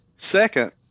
Second